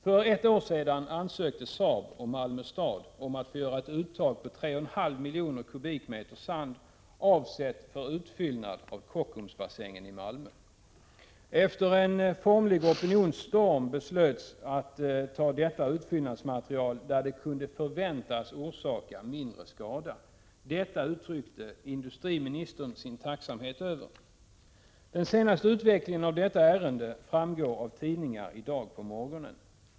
För ett år sedan ansökte Saab och Malmö stad om att få göra ett uttag på 3,5 miljoner kubikmeter sand, avsett för utfyllnad av Kockumsbassängen i Malmö. Efter en formlig opinionsstorm beslöts att ta detta utfyllnadsmaterial där det kunde förväntas orsaka mindre skada. Detta uttryckte industriministern sin tacksamhet över. Den senaste utvecklingen av detta ärende framgår av tidningar i dag på morgonen.